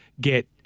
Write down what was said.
get